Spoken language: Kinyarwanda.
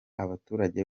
abaturage